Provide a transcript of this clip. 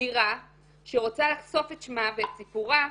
בגירה שרוצה לחשוף את שמה ואת סיפורה,